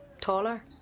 taller